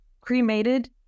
cremated